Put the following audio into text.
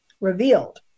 revealed